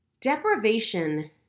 Deprivation